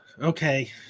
okay